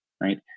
right